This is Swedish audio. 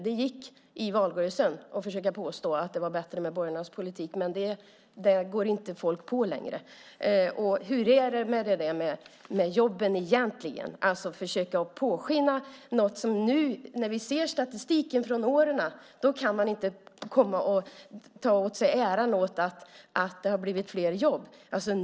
Det gick i valrörelsen att försöka påstå att det var bättre med borgarnas politik men folk går inte på det längre. Och hur är det egentligen med jobben? Man försöker låta påskina saker. När vi ser statistiken från de senaste åren kan man inte ta åt sig äran av att det har blivit fler jobb.